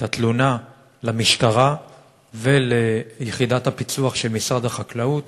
את התלונה למשטרה וליחידת הפיצו"ח של משרד החקלאות